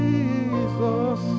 Jesus